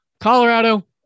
Colorado